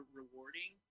rewarding